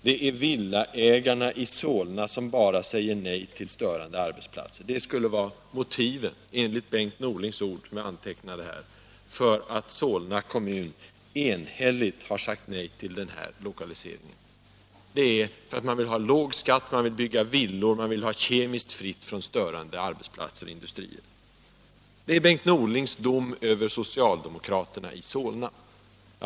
Det är villaägarna i Solna som säger nej till störande arbetsplatser. Enligt Bengt Norlings ord, som jag antecknade, skulle således motivet för att Solna kommun enhälligt har sagt nej till denna lokalisering vara att man vill ha låg skatt, man vill bygga villor och man vill ha kommunen kemiskt fri från störande arbetsplatser och industrier. Det är Bengt Norlings dom över socialdemokraterna i Solna!